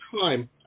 time